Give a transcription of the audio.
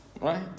right